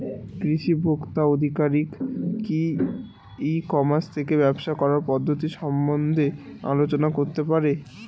কৃষি ভোক্তা আধিকারিক কি ই কর্মাস থেকে ব্যবসা করার পদ্ধতি সম্বন্ধে আলোচনা করতে পারে?